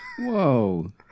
Whoa